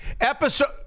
episode